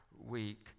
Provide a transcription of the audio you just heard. week